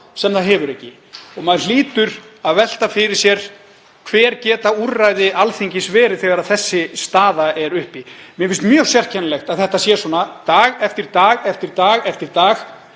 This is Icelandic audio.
sem það hefur ekki. Maður hlýtur að velta fyrir sér: Hver geta úrræði Alþingis verið þegar þessi staða er uppi? Mér finnst mjög sérkennilegt að þetta sé svona dag eftir dag eftir dag. Engin